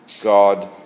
God